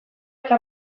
eta